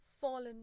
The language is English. fallen